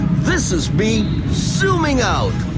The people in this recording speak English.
this is me zoooming out!